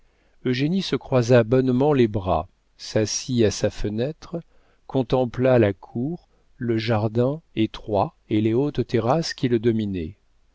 l'effet eugénie se croisa bonnement les bras s'assit à sa fenêtre contempla la cour le jardin étroit et les hautes terrasses qui le dominaient